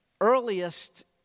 earliest